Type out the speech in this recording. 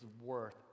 worth